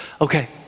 Okay